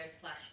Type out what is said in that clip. slash